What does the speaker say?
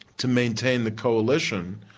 to maintain the coalition.